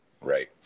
Right